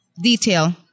Detail